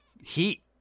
heat